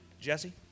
Jesse